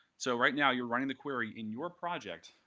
so right now, you're running the query in your project,